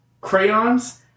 crayons